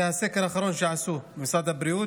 שזה הסקר האחרון שעשו במשרד הבריאות,